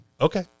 Okay